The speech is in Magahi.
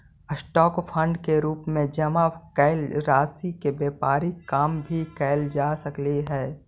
स्टॉक फंड के रूप में जमा कैल राशि से व्यापारिक काम भी कैल जा सकऽ हई